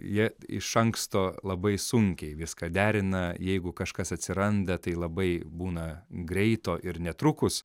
jie iš anksto labai sunkiai viską derina jeigu kažkas atsiranda tai labai būna greito ir netrukus